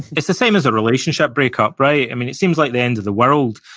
it's the same as a relationship breakup, right? i mean, it seems like the end of the world,